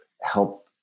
help